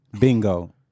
Bingo